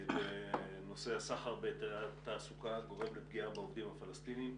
בנושא הסחר בהיתרי תעסוקה גורם לפגיעה בעובדים הפלסטינים.